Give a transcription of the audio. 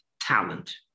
talent